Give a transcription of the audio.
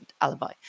alibi